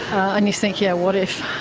and you think, yeah, what if?